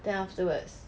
then afterwards